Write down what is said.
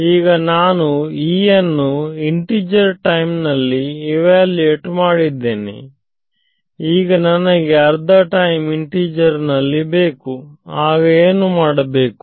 ಈಗ ನಾನು E ಅನ್ನು ಇಂಟಿಜರ್ ಟೈಮ್ ನಲ್ಲಿ ಇವ್ಯಾಲ್ಯೂಯೇಟ್ ಮಾಡಿದ್ದೇನೆ ಈಗ ನನಗೆ ಅರ್ಧ ಟೈಮ್ ಇಂಟಿಜರ್ ನಲ್ಲಿ ಬೇಕು ಆಗ ಏನು ಮಾಡಬೇಕು